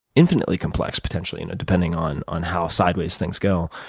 infinitely complex, potentially, depending on on how sideways things go.